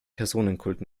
personenkult